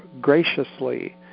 graciously